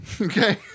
Okay